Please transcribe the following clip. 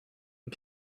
and